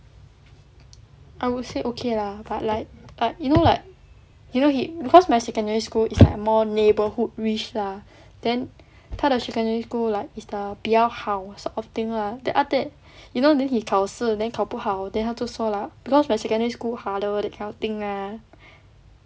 I would say okay lah but like but you know like you know he because my secondary school is like more neighbourhood-ish lah then 他的 secondary school like is the 比较好 sort of thing lah then after that you know then he 考试 then 考不好 then 他就说 like because my secondary school harder that kind of thing ah